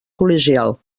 col·legial